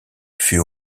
fut